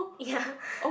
ya